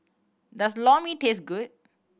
does Lor Mee taste good